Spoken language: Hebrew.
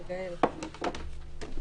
התש"ף-2020.